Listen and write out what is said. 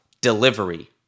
delivery